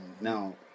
now